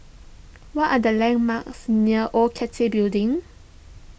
what are the landmarks near Old Cathay Building